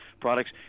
products